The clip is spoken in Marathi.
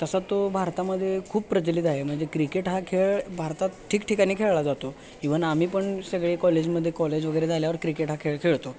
तसा तो भारतामध्ये खूप प्रचलित आहे म्हणजे क्रिकेट हा खेळ भारतात ठिकठिकाणी खेळाला जातो इव्हन आम्ही पण सगळे कॉलेजमध्ये कॉलेज वगैरे झाल्यावर क्रिकेट हा खेळ खेळतो